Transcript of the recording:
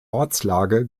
ortslage